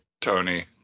tony